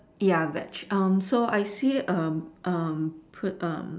ya veg um so I see um um put um